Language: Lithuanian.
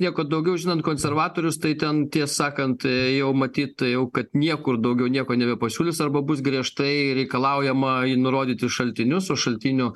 nieko daugiau žinant konservatorius tai ten ties sakant jau matyt tuojau kad niekur daugiau nieko nebepasiūlys arba bus griežtai reikalaujama nurodyti šaltinius o šaltinio